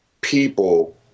people